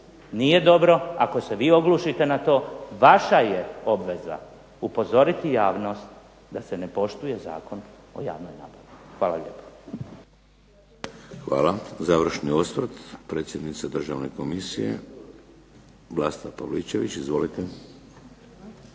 Nije dobro ako se vi oglušite na to, vaša je obveza upozoriti javnost da se ne poštuje Zakon o javnoj nabavi. Hvala lijepo. **Šeks, Vladimir (HDZ)** Hvala. Završni osvrt, predsjednica Državne komisije Vlasta Pavličević. Izvolite.